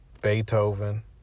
Beethoven